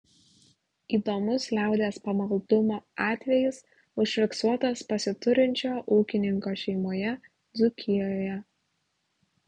įdomus liaudies pamaldumo atvejis užfiksuotas pasiturinčio ūkininko šeimoje dzūkijoje